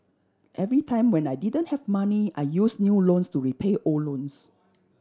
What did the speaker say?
every time when I didn't have money I used new loans to repay old loans